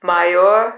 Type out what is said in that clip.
Maior